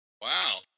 Wow